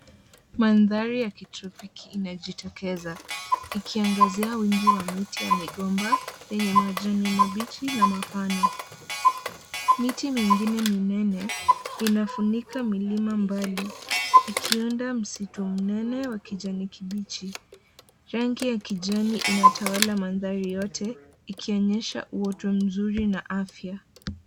Mandhari ya kitropiki inajitokeza, ikiangazia wingi wa miti ya migomba yenye majani mabichi na mapana. Miti mingine minene inafunika milima mbali, ikiunda msitu mnene wa kijani kibichi. Rangi ya kijani inatawala mandhari yote ikionyesha uoto mzuri na afya.